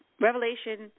Revelation